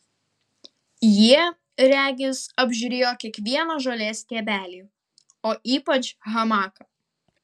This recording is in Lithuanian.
jie regis apžiūrėjo kiekvieną žolės stiebelį o ypač hamaką